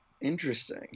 Interesting